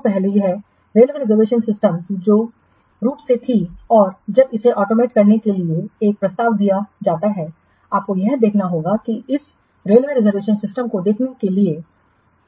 तो पहले यह रेलवे रिजर्वेशन सिस्टम जो रूप से थी और जब इसे ऑटोमेट करने के लिए एक प्रस्ताव दिया जाता है आपको यह देखना होगा कि इस रेलवे रिजर्वेशन सिस्टम को देखने के लिए